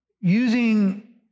Using